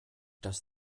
das